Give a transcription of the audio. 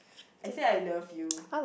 I say I love you